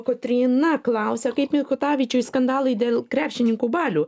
kotryna klausia kaip mikutavičiui skandalai dėl krepšininkų balių